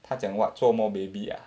他讲 what 做 more baby ah